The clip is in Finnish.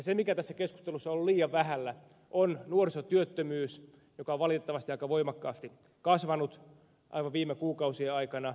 se mikä tässä keskustelussa on ollut liian vähällä on nuorisotyöttömyys joka on valitettavasti aika voimakkaasti kasvanut aivan viime kuukausien aikana